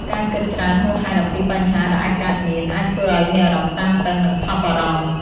យើងអាចនឹងបារម្ភថា តើទំនាក់ទំនងនេះនឹងប្រែប្រួល ឬបាត់បង់ភាពស្និទ្ធស្នាលតាមពេលវេលាឬអត់។